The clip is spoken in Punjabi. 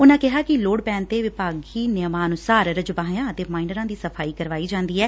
ਉਨੂਾ ਕਿਹਾ ਕਿ ਲੋਤ ਪੈਣ ਤੇ ਵਿਭਾਗੀ ਨਿਯਮਾਂ ਅਨੁਸਾਰ ਰਜਬਾਹਿਆਂ ਅਤੇ ਮਾਇਨਰਾਂ ਦੀ ਸਫ਼ਾਈ ਕਰਵਾਈ ਜਾਂਦੀ ਐ